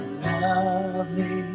lovely